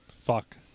Fuck